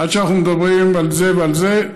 עד שאנחנו מדברים על זה ועל זה,